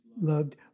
loved